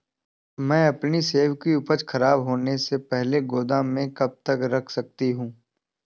मैं अपनी सेब की उपज को ख़राब होने से पहले गोदाम में कब तक रख सकती हूँ?